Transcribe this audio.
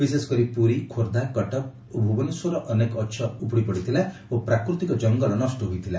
ବିଶେଷକରି ପୁରୀ ଖୋର୍ଦ୍ଧା କଟକ ଓ ଭୁବନେଶ୍ୱରରେ ଅନେକ ଗଛ ଉପୁଡି ପଡିଥିଲା ଓ ପ୍ରାକୃତିକ ଜଙ୍ଗଲ ନଷ ହୋଇଥିଲା